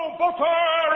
butter